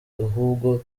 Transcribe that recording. ahubwo